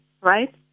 right